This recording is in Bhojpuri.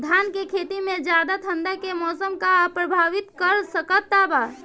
धान के खेती में ज्यादा ठंडा के मौसम का प्रभावित कर सकता बा?